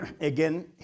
Again